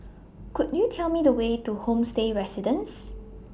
Could YOU Tell Me The Way to Homestay Residences